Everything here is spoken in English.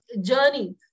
journey